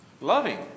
Loving